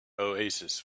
oasis